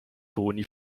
toni